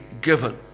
given